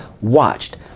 watched